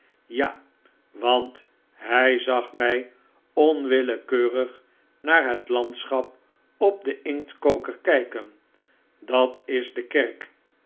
ja want hij zag mij onwillekeurig naar het landschap op den inktkoker kijken dat is de kerk